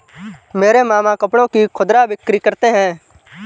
मेरे मामा कपड़ों की खुदरा बिक्री करते हैं